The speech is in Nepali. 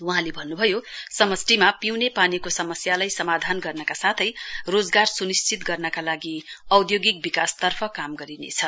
वहाँले भन्न्भयो समष्टिमा पिउने पानीको समस्यालाई समाधान गर्नका साथै रोजगार सुनिश्चित गर्नका लागि औधोगिक विकास तर्फ काम गरिनेछ